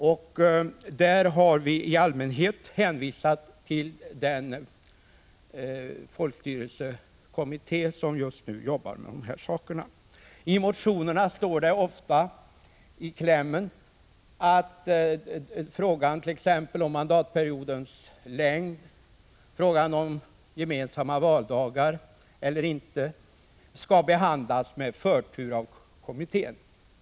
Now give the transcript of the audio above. I allmänhet har vi hänvisat till den folkstyrelsekommitté som just nu arbetar med sådana frågor. I motionerna står det ofta i klämmen att t.ex. frågan om mandatperiodens längd och frågan om vi skall ha gemensamma valdagar eller inte skall behandlas med förtur av kommittén.